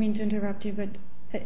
mean to interrupt event that